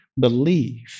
believe